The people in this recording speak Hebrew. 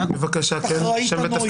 אחראית הנוי.